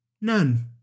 None